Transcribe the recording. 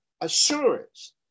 assurance